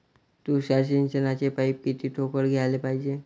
तुषार सिंचनाचे पाइप किती ठोकळ घ्याले पायजे?